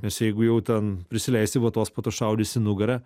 nes jeigu jau ten prisileisi vatos po to šaudys į nugarą